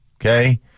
Okay